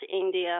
India